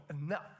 enough